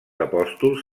apòstols